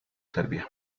serbia